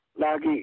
Lagi